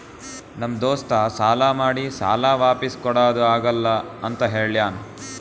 ನಮ್ ದೋಸ್ತ ಸಾಲಾ ಮಾಡಿ ಸಾಲಾ ವಾಪಿಸ್ ಕುಡಾದು ಆಗಲ್ಲ ಅಂತ ಹೇಳ್ಯಾನ್